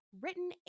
written